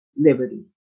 liberty